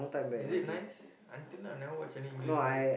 is it nice until now I never watch any English movie